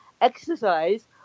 exercise